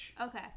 Okay